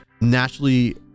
naturally